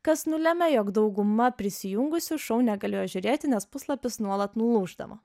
kas nulemia jog dauguma prisijungusių šou negalėjo žiūrėti nes puslapis nuolat nulūždavo